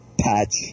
patch